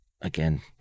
again